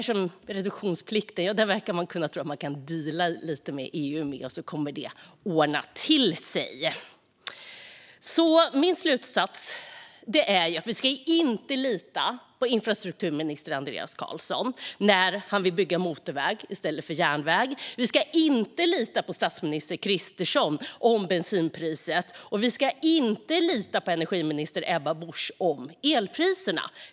Reduktionsplikten verkar man tro att man kan deala lite med EU om, och så kommer det att ordna till sig. Min slutsats är att vi inte ska lita på infrastrukturminister Andreas Carlson när han vill bygga motorväg i stället för järnväg. Vi ska inte lita på statsminister Kristersson om bensinpriset. Vi ska inte heller lita på energiminister Ebba Busch om elpriserna.